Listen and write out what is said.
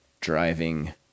driving